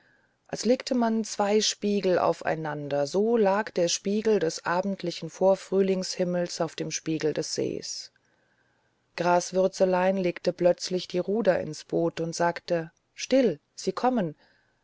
als legte man zwei spiegel aufeinander so lag der spiegel des abendlichen vorfrühlingshimmels auf dem spiegel des sees graswürzelein legte plötzlich die ruder ins boot und sagte still sie kommen